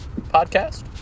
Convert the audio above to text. podcast